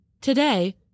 Today